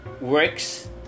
works